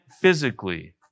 physically